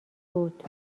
بود